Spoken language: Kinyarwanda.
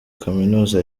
kaminuza